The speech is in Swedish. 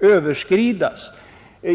överskridas.